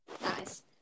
Nice